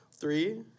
Three